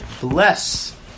bless